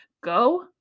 go